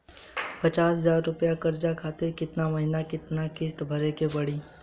पचास हज़ार रुपया कर्जा खातिर केतना महीना केतना किश्ती भरे के पड़ी?